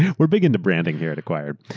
yeah we're big in the branding here at acquired.